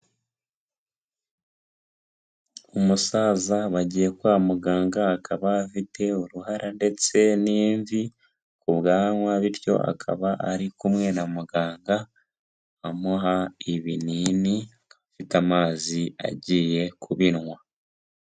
Umusaza, bagiye kwa muganga; akaba afite uruhara ndetse n'imvi ku bwanwa, bityo akaba ari kumwe na muganga amuha ibinini; afite amazi agiye kubinywa.